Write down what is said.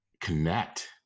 connect